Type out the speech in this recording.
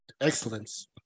excellence